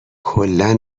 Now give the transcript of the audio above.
کلا